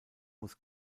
muss